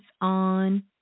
on